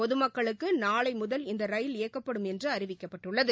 பொதுமக்களுக்கு நாளை முதல் இந்த ரயில் இயக்கப்படும் என்று அறிவிக்கப்பட்டுள்ளது